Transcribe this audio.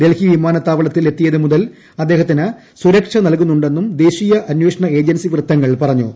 ഡൽഹി വിമാനത്താവളത്തിൽ എത്തിയത് മുതൽ അദ്ദേഹത്തിന് സുരക്ഷ നല്കുന്നുണ്ടെന്നും ദേശീയ അന്വേഷണ ഏജൻസി വൃത്തങ്ങൾ പറഞ്ഞു